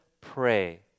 pray